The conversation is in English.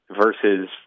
versus